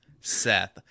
Seth